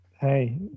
Hey